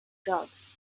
drugs